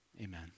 Amen